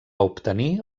obtenir